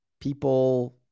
people